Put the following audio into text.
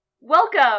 welcome